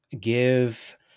give